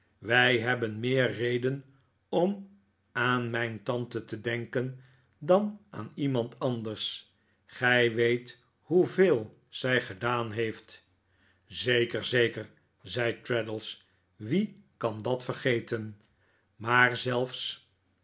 wij hebben meer reden om aan mijn tante te denken dan aan iemand anders gij weet hoeveel zij gedaan heeft zeker zeker zei traddles wie kan dat vergeten maar zelfs